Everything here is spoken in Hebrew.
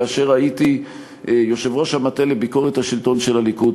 כאשר הייתי יושב-ראש המטה לביקורת השלטון של הליכוד,